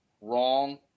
wrong